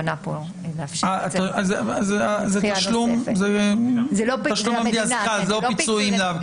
אלה לא פיצויים.